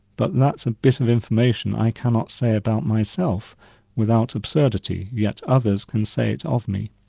but that's a bit of information i cannot say about myself without absurdity, yet others can say it of me.